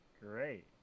Great